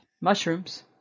mushrooms